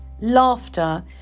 laughter